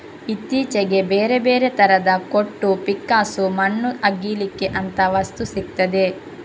ಇತ್ತೀಚೆಗೆ ಬೇರೆ ಬೇರೆ ತರದ ಕೊಟ್ಟು, ಪಿಕ್ಕಾಸು, ಮಣ್ಣು ಅಗೀಲಿಕ್ಕೆ ಅಂತ ವಸ್ತು ಸಿಗ್ತದೆ